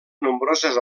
nombroses